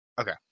Okay